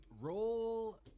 roll